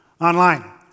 online